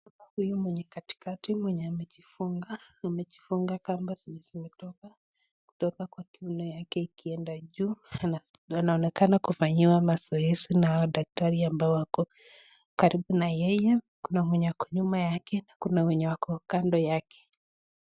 Mwenye ako katikakati amejiufnga kamba zenye zimetoka kutoka kwa kiuno yake ikienda juu ,anaonekana kufanyiwa mazoezi na hawa daktari ambao wako karibu na yeye. Kuna mwenye ako nyuma na mwenye ako kando yake.